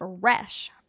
fresh